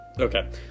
okay